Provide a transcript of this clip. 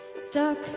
stuck